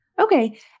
Okay